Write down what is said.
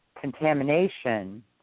contamination